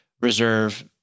reserve